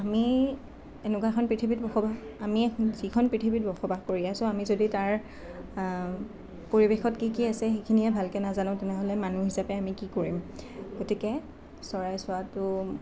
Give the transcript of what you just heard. আমি এনেকুৱা এখন পৃথিৱীত বসবাস আমি যিখন পৃথিৱীত বসবাস কৰি আছোঁ আমি যদি তাৰ পৰিৱেশত কি কি আছে সেইখিনিয়ে ভালকৈ নাজানো তেতিয়াহ'লে মানুহ হিচাপে আমি কি কৰিম গতিকে চৰাই চোৱাটো